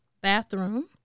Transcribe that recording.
bathroom